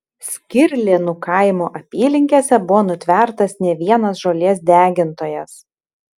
skirlėnų kaimo apylinkėse buvo nutvertas ne vienas žolės degintojas